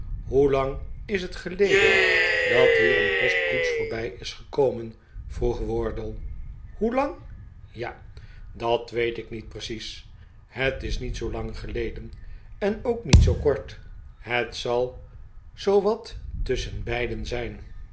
hoelang is bet geleden dat hier een postkoets voorbij is gekoinen vroeg wardle hoelang ja r dat weet ik niet preeies het is niet zoo lang geleden en ook niet zoo kort het zal zoo wat tusschenbeiden zijn